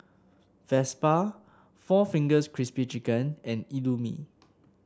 Vespa Four Fingers Crispy Chicken and Indomie